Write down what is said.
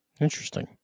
Interesting